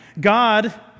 God